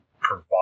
provide